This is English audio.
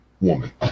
woman